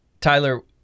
Tyler